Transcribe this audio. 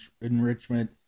enrichment